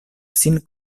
sin